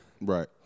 Right